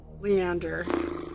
Leander